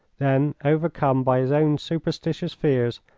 then, overcome by his own superstitious fears,